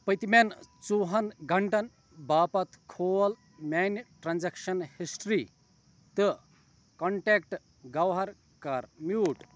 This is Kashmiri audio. پٔتۍمٮ۪ن ژُوہَن گھنٛٹن باپتھ کھول میٛانہِ ٹرٛانزَکشَن ہِسٹِرٛی تہٕ کۄنٹٮ۪کٹ گَوہر کَر میوٗٹ